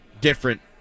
different